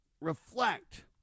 reflect